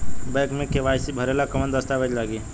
Bank मे KYC भरेला कवन दस्ता वेज लागी?